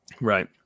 Right